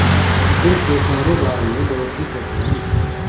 दिन के कारोबार में बढ़ोतरी कैसे लाएं?